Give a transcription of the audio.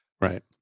Right